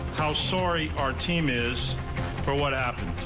how sorry our team is for what happened.